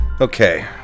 Okay